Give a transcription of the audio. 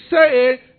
say